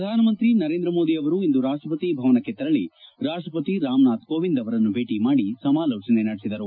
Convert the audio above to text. ಪ್ರಧಾನಮಂತ್ರಿ ನರೇಂದ್ರ ಮಂತ್ರಿ ಅವರು ಇಂದು ರಾಷ್ಲಪತಿ ಭವನಕ್ಕೆ ತೆರಳಿ ರಾಷ್ಲಪತಿ ರಾಮನಾಥ್ ಕೋವಿಂದ್ ಅವರನ್ನು ಭೇಟಿ ಮಾಡಿ ಸಮಾಲೋಚನೆ ನಡೆಸಿದರು